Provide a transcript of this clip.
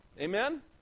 Amen